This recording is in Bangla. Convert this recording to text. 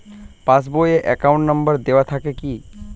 পাস বই এ অ্যাকাউন্ট নম্বর দেওয়া থাকে কি?